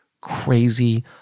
crazy